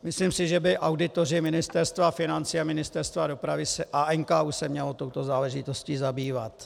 Myslím si, že by auditoři Ministerstva financí a Ministerstva dopravy a NKÚ se měli touto záležitostí zabývat.